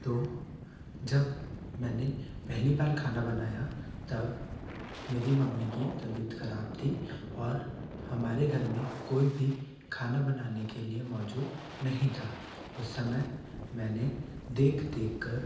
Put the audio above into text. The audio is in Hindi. तो जब मैंने पहली बार खाना बनाया तब मेरी मम्मी कि तबियत खराब थी और हमारे घर में कोई भी खाना बनाने के लिए मौजूद नहीं था उस समय मैंने देख देखकर